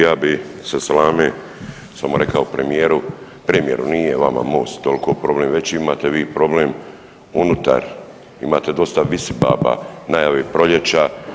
Ja bih sa salame samo rekao premijeru, premijeru nije vama Most toliki problem, veći imate vi problem unutar, imate dosta visibaba, najave proljeća.